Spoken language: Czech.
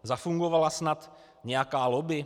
Zafungovala snad nějaká lobby?